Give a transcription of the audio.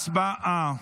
הצבעה.